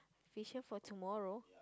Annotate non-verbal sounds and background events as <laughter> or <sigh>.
vision for tomorrow <noise>